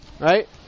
right